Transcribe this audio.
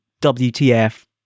WTF